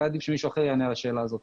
אולי מישהו אחר יענה על השאלה הזאת.